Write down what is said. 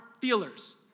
feelers